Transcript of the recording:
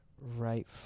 right